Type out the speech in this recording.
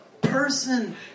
person